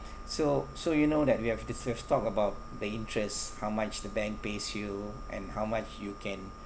so so you know that we have this this talk about the interest how much the bank pays you and how much you can